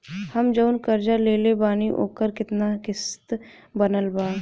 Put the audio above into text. हम जऊन कर्जा लेले बानी ओकर केतना किश्त बनल बा?